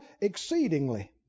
exceedingly